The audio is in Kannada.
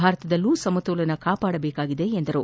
ಭಾರತದಲ್ಲೂ ಸಮತೋಲನ ಕಾಪಾಡಬೇಕಾಗಿದೆ ಎಂದರು